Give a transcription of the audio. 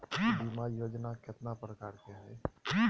बीमा योजना केतना प्रकार के हई हई?